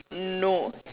no